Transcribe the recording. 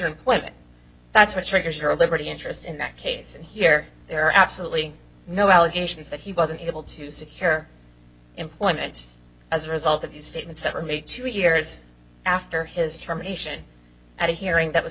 employment that's what triggers your liberty interest in that case and here they are absolutely no allegations that he wasn't able to secure employment as a result of these statements that were made two years after his term nation at a hearing that was